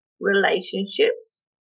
Relationships